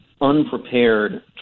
unprepared